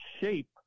shape